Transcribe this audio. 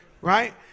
right